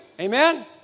Amen